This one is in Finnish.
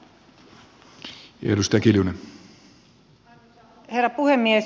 arvoisa herra puhemies